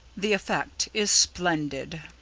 the effect is splendid!